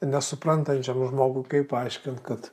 nesuprantančiam žmogui kaip paaiškint kad